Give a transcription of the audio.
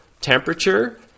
temperature